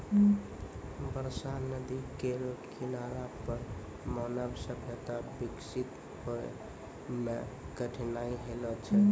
बरसा नदी केरो किनारा पर मानव सभ्यता बिकसित होय म कठिनाई होलो छलै